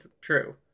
true